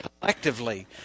collectively